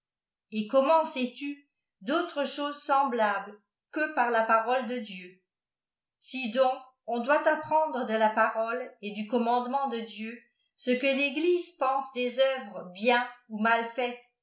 et comment sais-tu d'autres choses semblables que par la parole de dieu si doaô on doit apprendre de la parole et du commandement de dieu ce que rêglisé pense des œuvres bien ou mal faites